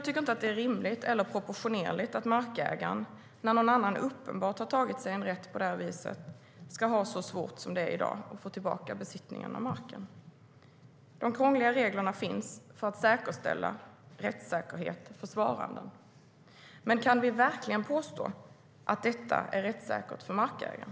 Det är inte rimligt eller proportionerligt att markägaren när någon annan uppenbart har tagit sig rätten på detta vis ska ha så svårt som i dag att få tillbaka besittningen av marken. De krångliga reglerna finns för att säkerställa rättssäkerhet för svaranden, men kan vi verkligen påstå att detta är rättssäkert för markägaren?